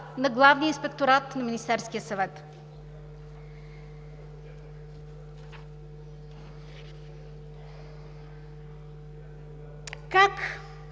на Главния инспекторат на Министерския съвет. Бих